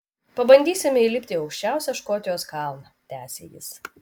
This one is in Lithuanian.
pabandysime įlipti į aukščiausią škotijos kalną tęsė jis